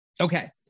Okay